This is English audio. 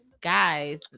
guys